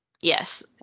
yes